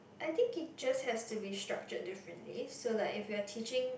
I think teacher have to be structured differently so like if you are teaching